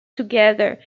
together